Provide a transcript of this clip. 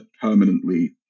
permanently